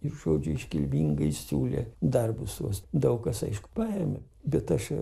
ir žodžiu iškilmingai siūlė darbus tuos daug kas aišku paėmė bet aš